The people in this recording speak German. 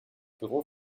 büro